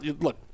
Look